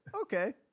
okay